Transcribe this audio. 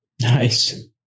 Nice